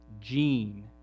Gene